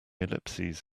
ellipses